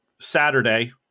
Saturday